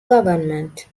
government